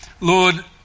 Lord